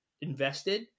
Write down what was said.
invested